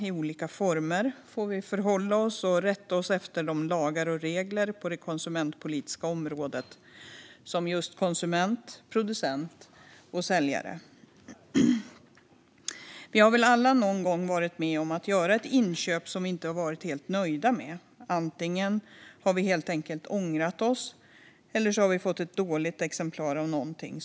I olika former får vi förhålla oss till och rätta oss efter lagar och regler på det konsumentpolitiska området - som konsument, producent och säljare. Vi har väl alla någon gång gjort ett köp som vi inte har varit helt nöjda med. Antingen har vi helt enkelt ångrat oss, eller så har vi fått ett dåligt exemplar av någonting.